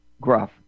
gruff